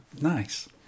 Nice